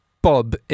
Bob